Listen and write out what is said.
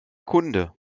kunde